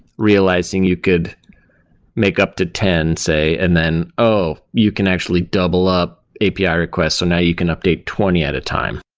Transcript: realizing you could make up to ten, say, and then, oh! you can actually double up api ah requests. so now you can update twenty at a time.